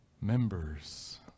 members